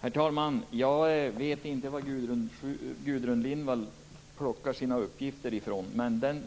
Herr talman! Jag vet inte var Gudrun Lindvall får sina uppgifter ifrån.